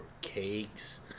cakes